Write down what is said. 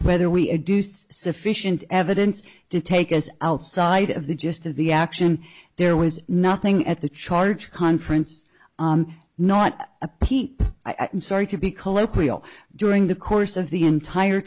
whether we a deuced sufficient evidence to take us outside of the gist of the action there was nothing at the charge conference not a peep i am sorry to be colloquial during the course of the entire